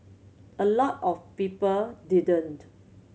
a lot of people didn't